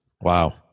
Wow